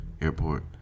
Airport